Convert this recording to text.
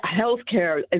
healthcare